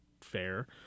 fair